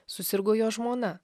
susirgo jo žmona